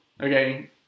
Okay